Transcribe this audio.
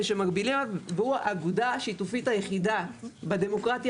שמגבילים עליו והוא האגודה השיתופית היחידה בדמוקרטיה